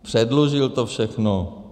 Předlužil to všechno.